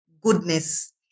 goodness